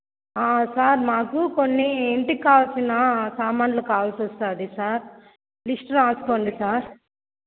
sir మాకు కొన్ని ఇంటికి కావాల్సిన సామాన్లు కావాల్సివస్తుంది సార్ లిస్ట్ రాసుకోండి సార్